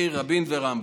מאיר רבין ורמב"ם.